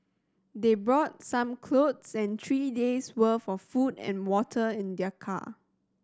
they brought some clothes and three days' worth of food and water in their car